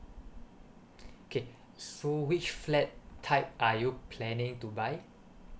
okay so which flat type are you planning to buy